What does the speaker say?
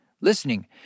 listening